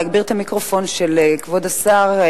להגביר את המיקרופון של כבוד השר.